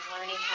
learning